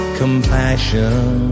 compassion